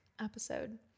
episode